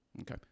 Okay